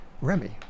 Remy